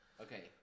Okay